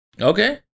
okay